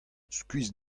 skuizh